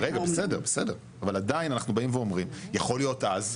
אבל עדיין אנחנו באים ואומרים שיכול להיות אז,